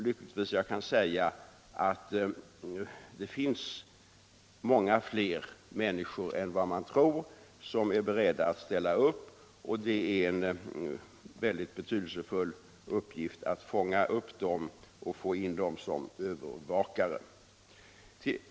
Lyckligtvis finns det många fler människor än vad man tror som är beredda att ställa upp, och det är en väldigt betydelsefull uppgift att få dem att tjänstgöra som övervakare.